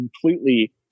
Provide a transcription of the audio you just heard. completely